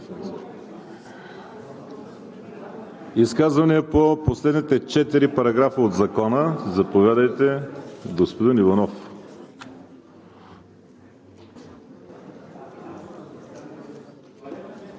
Изказвания по последните четири параграфа от Закона? Заповядайте, господин Иванов.